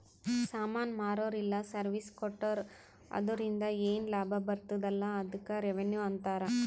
ಸಾಮಾನ್ ಮಾರುರ ಇಲ್ಲ ಸರ್ವೀಸ್ ಕೊಟ್ಟೂರು ಅದುರಿಂದ ಏನ್ ಲಾಭ ಬರ್ತುದ ಅಲಾ ಅದ್ದುಕ್ ರೆವೆನ್ಯೂ ಅಂತಾರ